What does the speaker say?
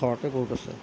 ঘৰতে বহুত আছে